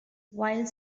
while